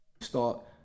Start